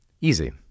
Easy